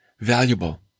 valuable